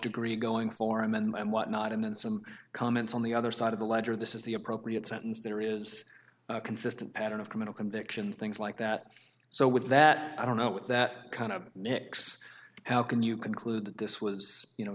degree going for him and what not and then some comments on the other side of the ledger this is the appropriate sentence there is a consistent pattern of criminal convictions things like that so with that i don't know with that kind of mix how can you conclude that this was you know